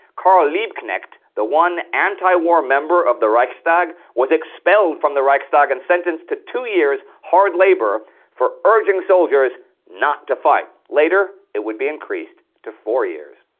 karl liebknecht, the one anti-war member of the reichstag was expelled from the reichstag and sentenced to two years hard labor for urging soldiers not to fight. later it would be increased to four years.